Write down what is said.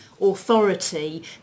authority